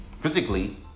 physically